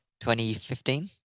2015